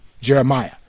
Jeremiah